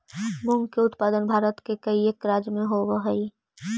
मूंग के उत्पादन भारत के कईक राज्य में होवऽ हइ